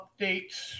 updates